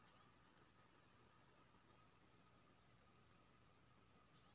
फूलकोबी की खेती मे प्रति एकर केतना खाद डालय के होय हय?